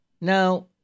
Now